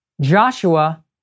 Joshua